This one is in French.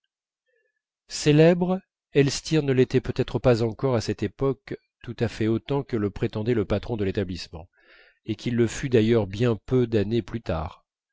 célèbre elstir ne l'était peut-être pas encore à cette époque tout à fait autant que le prétendait le patron de l'établissement et qu'il le fut d'ailleurs bien peu d'années plus tard